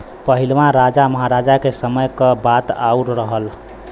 पहिलवा राजा महराजा के समय क बात आउर रहल